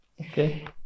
okay